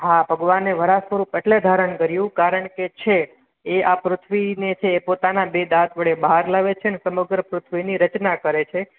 હા ભગવાને વરાહ સ્વરૂપ એટલે ધારણ કર્યું કારણ કે છે એ આ પૃથ્વીને છે એ પોતાના બે દાંત વડે બહાર લાવે છે અને સમગ્ર પૃથ્વીની રચના કરે છે